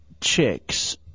chicks